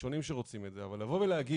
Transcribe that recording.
הראשונים שרוצים את זה אבל לבוא ולהגיד